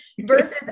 versus